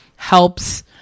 helps